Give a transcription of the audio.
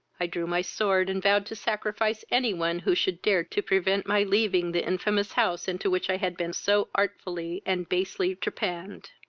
i drew my sword, and vowed to sacrifice any one who should dare to prevent my leaving the infamous house into which i had been so artfully and basely trepanned.